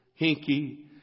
Hinky